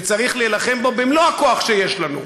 וצריך להילחם בו במלוא הכוח שיש לנו,